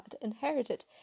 inherited